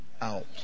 out